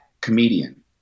comedian